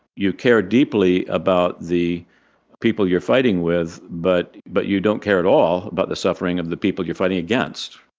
you care deeply about the people you're fighting with, but but you don't care at all about the suffering of the people you're fighting against.